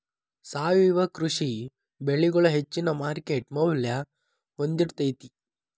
ಸಾವಯವ ಕೃಷಿ ಬೆಳಿಗೊಳ ಹೆಚ್ಚಿನ ಮಾರ್ಕೇಟ್ ಮೌಲ್ಯ ಹೊಂದಿರತೈತಿ